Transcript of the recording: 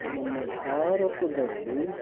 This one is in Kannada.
ನಮ್ಮ ಭಾರತದಲ್ಲಿ